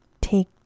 take